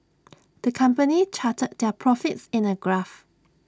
the company charted their profits in A graph